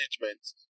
management